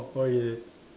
oh yeah